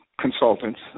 consultants